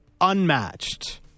unmatched